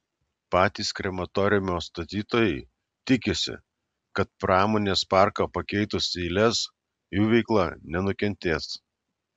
patys krematoriumo statytojai tikisi kad pramonės parką pakeitus į lez jų veikla nenukentės